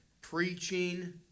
preaching